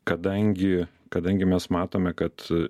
kadangi kadangi mes matome kad